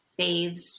faves